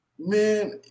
Man